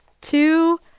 two